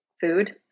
food